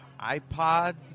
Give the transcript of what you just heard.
iPod